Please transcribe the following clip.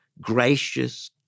gracious